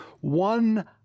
one